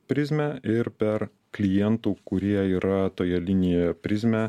prizmę ir per klientų kurie yra toje linijoje prizmę